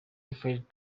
referred